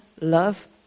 Love